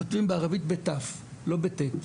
כותבים בערבית ב-ת' ולא ב-ט',